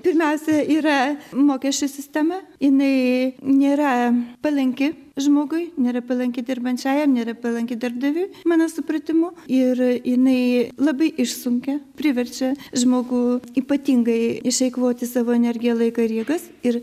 pirmiausia yra mokesčių sistema jinai nėra palanki žmogui nėra palanki dirbančiajam nėra palanki darbdaviui mano supratimu ir jinai labai išsunkia priverčia žmogų ypatingai išeikvoti savo energiją laiką ir jėgas ir